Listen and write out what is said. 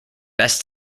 best